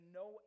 no